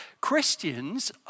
Christians